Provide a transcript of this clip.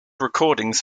recordings